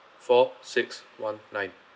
four six one nine